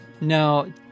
No